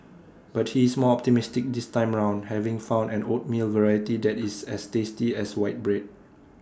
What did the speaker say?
but he is more optimistic this time round having found an oatmeal variety that is as tasty as white bread